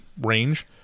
range